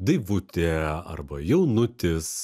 daivutė arba jaunutis